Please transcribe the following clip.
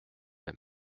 aime